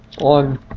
on